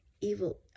Evil